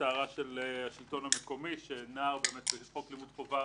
הערה של השלטון המקומי לפיה נער באמת בחוק לימוד חובה